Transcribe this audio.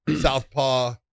Southpaw